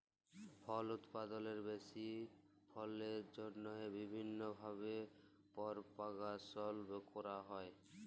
ফল উৎপাদলের বেশি ফললের জ্যনহে বিভিল্ল্য ভাবে পরপাগাশল ক্যরা হ্যয়